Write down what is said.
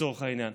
לצורך העניין,